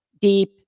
deep